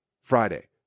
friday